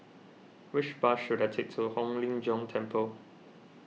which bus should I take to Hong Lim Jiong Temple